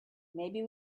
maybe